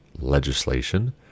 legislation